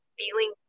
feeling